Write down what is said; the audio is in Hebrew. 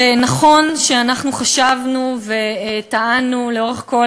שנכון שאנחנו חשבנו וטענו לאורך כל